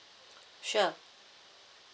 sure